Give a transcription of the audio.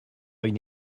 une